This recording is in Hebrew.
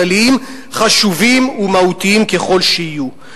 כללים חשובים ומהותיים ככל שיהיו".